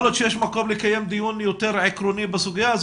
יכול להיות שיש מקום לקיים דיון יותר עקרוני בסוגיה הזאת